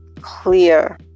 clear